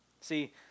See